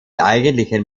eigentlichen